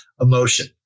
emotion